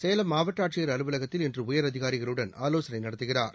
சேலம் மாவட்ட ஆட்சியர் அலுவலகத்தில் இன்று உயரதிகாரிகளுடன் ஆலோசனை நடத்துகிறா்